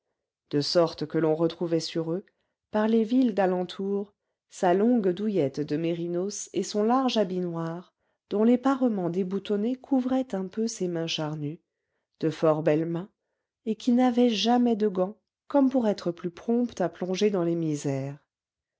de sorte que l'on retrouvait sur eux par les villes d'alentour sa longue douillette de mérinos et son large habit noir dont les parements déboutonnés couvraient un peu ses mains charnues de fort belles mains et qui n'avaient jamais de gants comme pour être plus promptes à plonger dans les misères